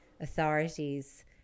authorities